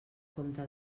compte